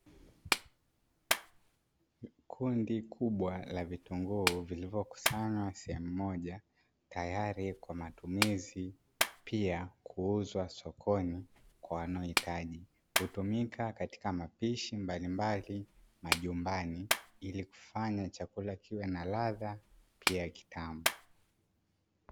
Gunia kubwa la vitungu limebeba vitunguu vinavyotumika na watu mbalimbali jikoni kwaajili ya mapishi kuleta ladha ya chakula